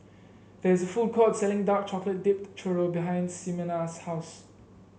there is a food court selling Dark Chocolate Dipped Churro behind Ximena's house